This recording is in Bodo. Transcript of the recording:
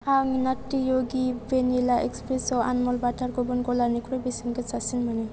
आं नात्ति य'गि भेनिला एसप्रेस' आलमन्ड बाटारखौ गुबुन गलाफोरनिख्रुइ बेसेन गोसासिन मोनो